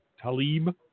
Talib